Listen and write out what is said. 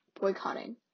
boycotting